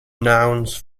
nouns